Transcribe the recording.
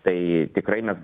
tai tikrai mes